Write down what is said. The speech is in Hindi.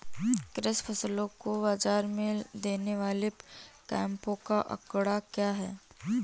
कृषि फसलों को बाज़ार में देने वाले कैंपों का आंकड़ा क्या है?